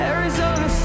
Arizona